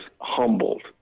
humbled